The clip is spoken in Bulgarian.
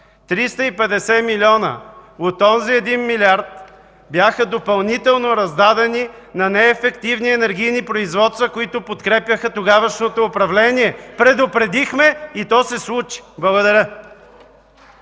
милиона от онзи 1 милиард бяха допълнително раздадени на неефективни енергийни производства, които подкрепяха тогавашното управление. Предупредихме и то се случи! Благодаря.